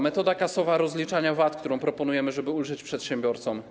Metoda kasowa rozliczania VAT, którą proponujemy, żeby ulżyć przedsiębiorcom.